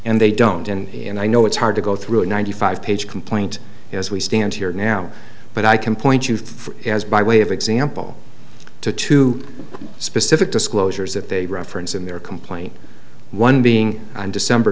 and they don't and i know it's hard to go through a ninety five page complaint as we stand here now but i can point you has by way of example to two specific disclosures that they reference in their complaint one being on december